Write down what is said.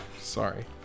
Sorry